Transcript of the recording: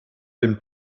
dem